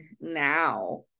now